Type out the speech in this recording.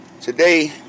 Today